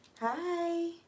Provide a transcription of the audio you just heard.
Hi